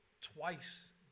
twice